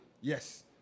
Yes